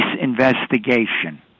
Investigation